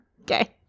okay